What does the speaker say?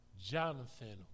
Jonathan